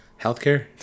healthcare